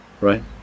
right